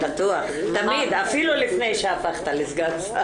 תמיד, אפילו לפני שהפכת לסגן שר.